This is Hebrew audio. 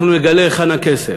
אנחנו נגלה היכן הכסף.